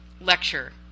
lecture